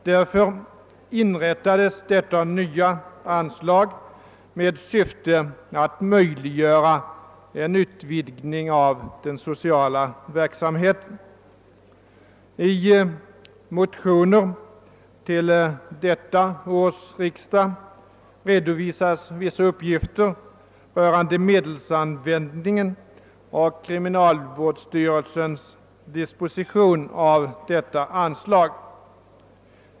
Därför inrättades detta nya anslag med syfte att möjliggöra en utvidgning av den sociala verksamheten. visas vissa uppgifter rörande medelsanvändningen och kriminalvårdsstyrelsens disposition av detta anslag.